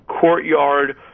courtyard